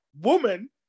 woman